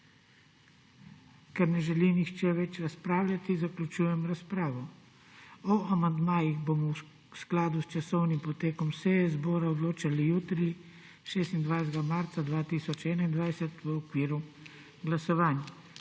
Ker ne želi nihče več razpravljati, zaključujem razpravo. O amandmajih bomo v skladu s časovnim potekom seje zbora odločali jutri, 26. marca 2021, v okviru glasovanj.